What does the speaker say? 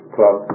Club